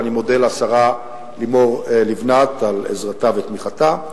ואני מודה לשרה לימור לבנת על עזרתה ותמיכתה.